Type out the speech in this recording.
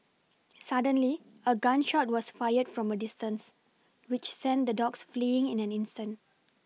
suddenly a gun shot was fired from a distance which sent the dogs fleeing in an instant